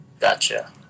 Gotcha